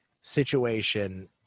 situation